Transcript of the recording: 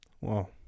Wow